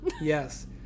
Yes